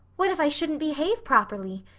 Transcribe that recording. what if i shouldn't behave properly?